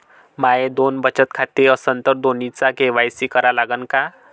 माये दोन बचत खाते असन तर दोन्हीचा के.वाय.सी करा लागन का?